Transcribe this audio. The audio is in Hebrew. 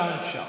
שם אפשר.